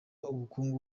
ubukungu